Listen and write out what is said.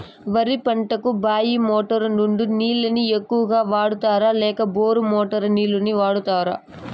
వరి పంటకు బాయి మోటారు నుండి నీళ్ళని ఎక్కువగా వాడుతారా లేక బోరు మోటారు నీళ్ళని వాడుతారా?